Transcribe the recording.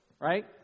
Right